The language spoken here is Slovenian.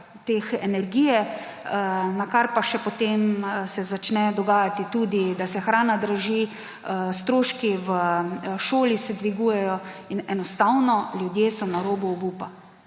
energije, nakar pa se še potem začne dogajati, da se hrana draži, stroški v šoli se dvigujejo. In enostavno ljudje so na robu obupa,